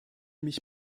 mich